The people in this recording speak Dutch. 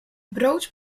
brood